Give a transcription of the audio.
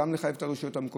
גם לחייב את הרשויות המקומיות,